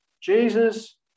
Jesus